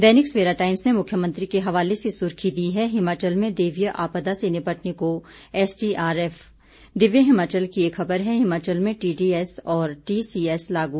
दैनिक Savera Times ने मुख्यमंत्री के हवाले से सुर्खी दी है हिमाचल में दैवीय आपदा से निपटने को एसडीआरएफ दिव्य हिमाचल की एक ख़बर है हिमाचल में टीडीएस और टीसीएस लागू